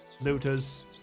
looters